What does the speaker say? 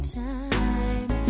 time